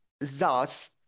Thus